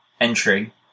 entry